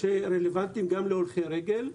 שרלוונטיים גם להולכי רגל.